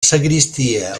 sagristia